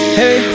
hey